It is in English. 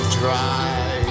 dry